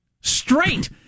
straight